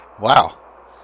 Wow